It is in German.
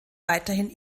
weiterhin